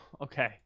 Okay